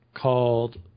called